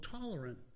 tolerant